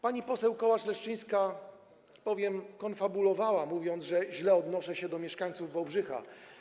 Pani poseł Kołacz-Leszczyńska, powiem, konfabulowała, mówiąc, że źle odnoszę się do mieszkańców Wałbrzycha.